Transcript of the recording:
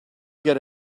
get